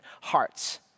hearts